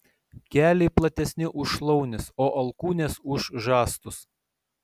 keliai platesni už šlaunis o alkūnės už žastus